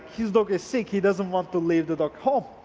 his dog is sick, he doesn't want to leave the dog home.